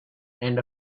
and